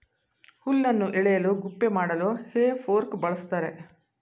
ಹುಲ್ಲನ್ನು ಎಳೆಯಲು ಗುಪ್ಪೆ ಮಾಡಲು ಹೇ ಫೋರ್ಕ್ ಬಳ್ಸತ್ತರೆ